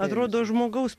atrodo žmogaus